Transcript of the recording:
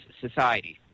society